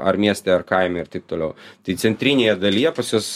ar mieste ar kaime ir taip toliau tai centrinėje dalyje pas juos